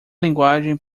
linguagem